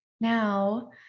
Now